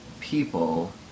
people